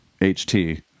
HT